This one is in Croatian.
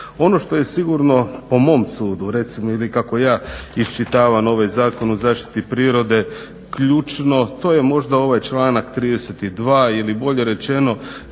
Ono što je sigurno, po mom sudu recimo, ili kako ja iščitavam ovaj Zakon o zaštiti prirode ključno to je možda ovaj članak 32. ili bolje rečeno